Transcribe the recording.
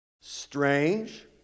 Strange